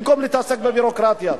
במקום להתעסק בביורוקרטיה.